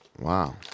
Wow